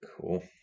Cool